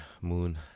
moon